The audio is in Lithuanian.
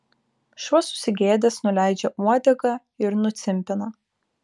šuo susigėdęs nuleidžia uodegą ir nucimpina